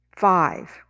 five